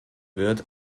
wird